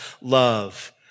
love